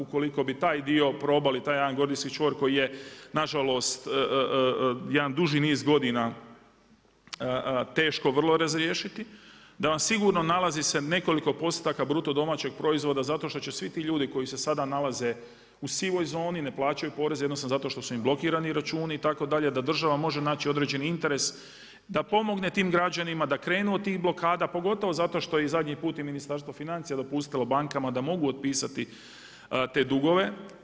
Ukoliko bi taj dio probali, taj jedan gordijski čvor koji je nažalost jedna duži niz godina teško vrlo razriješiti, da vam sigurno nalazi se nekoliko postotaka BDP-a zato što će svi ti ljudi koji se sada nalaze u sivoj zoni, ne plaćaju poreze jednostavno zato što su im blokirani računi itd., da država može naći određeni interes da pomogne tim građanima, da krenu od tih blokada pogotovo zato što je i zadnji put i Ministarstvo financija dopustilo bankama da mogu otpisati te dugove.